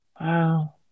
Wow